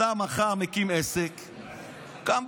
אתה מחר מקים עסק לפרנסתך,